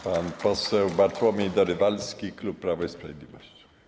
Pan poseł Bartłomiej Dorywalski, klub Prawo i Sprawiedliwość.